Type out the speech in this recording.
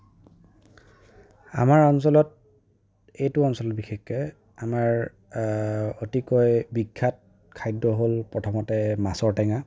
আমাৰ অঞ্চলত এইটো অঞ্চলত বিশেষকে আমাৰ অতিকৈ বিখ্যাত খাদ্য হ'ল প্ৰথমতে মাছৰ টেঙা